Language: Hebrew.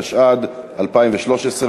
התשע"ד 2013,